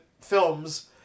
films